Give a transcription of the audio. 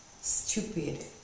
stupid